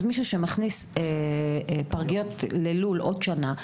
מישהו שמכניס פרגיות ללול עוד שנה,